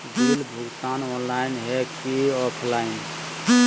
Bill भुगतान online है की ऑफलाइन?